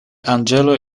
anĝelo